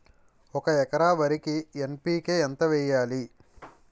ఒక ఎకర వరికి ఎన్.పి.కే ఎంత వేయాలి?